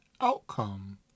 outcome